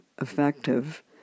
effective